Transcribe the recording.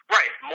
Right